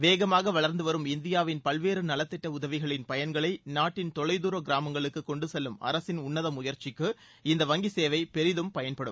வேகமாக வளர்ந்துவரும் இந்தியாவின் பல்வேறு நலத்திடட உதவிகளின் பயன்களை நாட்டின் தொலைதூர கிராமங்களுக்கு கொண்டுசெல்லும் அரசின் உன்னத முயற்சிக்கு இந்த வங்கி சேவை பெரிதும் பயன்படும்